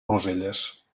roselles